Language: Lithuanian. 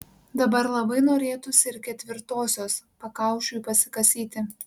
dabar labai norėtųsi ir ketvirtosios pakaušiui pasikasyti